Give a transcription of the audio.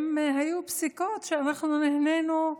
אם היו פסיקות שאנחנו נהנינו,